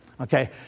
Okay